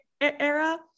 era